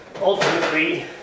ultimately